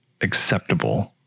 acceptable